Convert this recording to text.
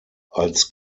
als